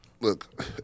look